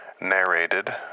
narrated